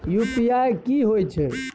UPI की होय छै?